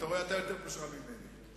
אתה רואה, אתה יותר פשרן ממני.